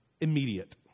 immediate